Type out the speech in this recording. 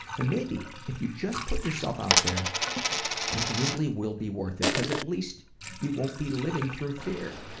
and maybe if you just put yourself out there it really will be worth it because at least you won't be living through fear.